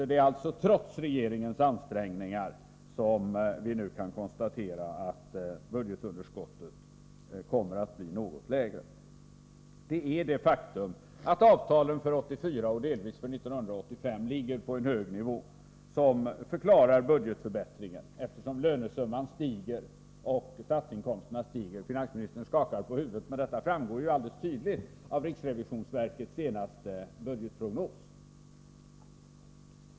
Det är alltså trots regeringens ansträngningar som vi nu kan konstatera att positionen budgetunderskottet kommer att bli något lägre. Det faktum att avtalen för 1984 och delvis för 1985 ligger på en hög nivå förklarar budgetförbättringen, eftersom lönesumman och därmed statsinkomsterna stiger. Jag ser att finansministern skakar på huvudet, men detta faktum framgår alldeles tydligt av riksrevisionsverkets senaste budgetprognos.